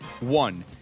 One